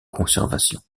conservation